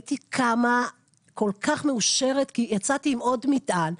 הייתי קמה כל כך מאושרת, כי יצאתי עם עוד מטען.